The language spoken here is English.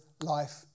life